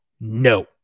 No